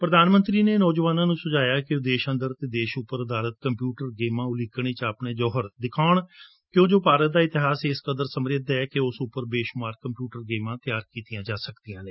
ਪ੍ਰਧਾਨ ਮੰਤਰੀ ਨੇ ਨੌਜਵਾਨਾਂ ਨੂੰ ਸੁਝਾਇਆ ਕਿ ਉਹ ਦੇਸ਼ ਅੰਦਰ ਅਤੇ ਦੇਸ਼ ਉਂਪਰ ਅਧਾਰਤ ਕੰਪਿਉਟਰ ਗੇਮਾਂ ਉਲੀਕਣ ਵਿਚ ਆਪਣੇ ਜੋਹਰ ਦਿਖਾਉਣ ਕਿਊਂ ਜੋ ਭਾਰਤ ਦਾ ਇਤਿਹਾਸ ਇਸ ਕਦਰ ਸਮਰਿੱਧ ਹੈ ਕਿ ਉਸ ਉਂਪਰ ਬੇਸ਼ੁਮਾਰ ਕੰਪਿਊਟਰ ਗੇਮਾਂ ਤਿਆਰ ਕੀਤੀਆਂ ਜੋ ਸਕਦੀਆਂ ਨੇ